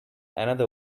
another